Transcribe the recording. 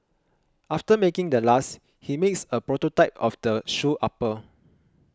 after making the last he makes a prototype of the shoe upper